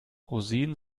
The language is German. rosinen